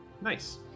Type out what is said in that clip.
Nice